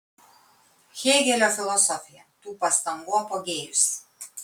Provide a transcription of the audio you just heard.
hėgelio filosofija tų pastangų apogėjus